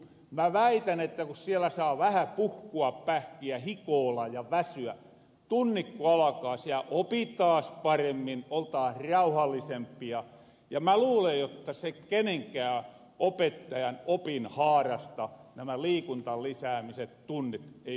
mä väitän että ku siellä saa vähän puhkua pähkiä hikoolla ja väsyä tunnit ku alkaa siel opitaas paremmin oltaas rauhallisempia ja mä luulen jotta kenenkään opettajan opinhaarasta nämä liikuntalisäämiset tunnit ei olisi pois